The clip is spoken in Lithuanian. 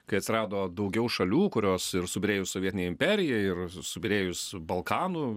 kai atsirado daugiau šalių kurios ir subyrėjus sovietinei imperijai ir subyrėjus balkanų